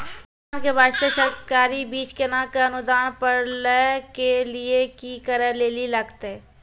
किसान के बास्ते सरकारी बीज केना कऽ अनुदान पर लै के लिए की करै लेली लागतै?